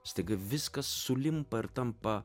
staiga viskas sulimpa ir tampa